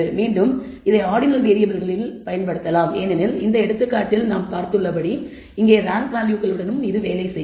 மீண்டும் இதை ஆர்டினல் வேறியபிள்களிள் பயன்படுத்தலாம் ஏனெனில் இந்த எடுத்துக்காட்டில் நாம் பார்த்தபடி இங்கே ரேங்க் வேல்யூகளுடன் வேலை செய்யும்